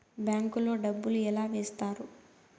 bank లో డబ్బులు ఎలా వేస్తారు